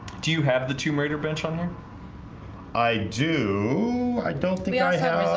do you have the tomb raider bench on there i do? i don't think i have